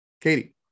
katie